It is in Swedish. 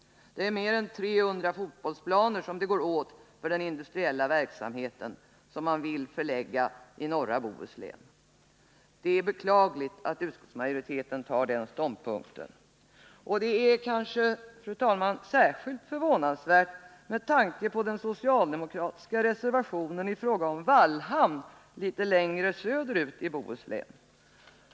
Det är mer än 300 fotbollsplaner som går åt för den industriella verksamhet som man vill förlägga till norra Bohuslän. Det är beklagligt att utskottsmajoriteten har intagit den ståndpunkten. Det är, fru talman, kanske särskilt förvånansvärt med tanke på den socialdemokratiska reservationen i fråga om Vallhamn litet längre söderut i Bohuslän.